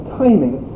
timing